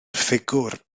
ffigwr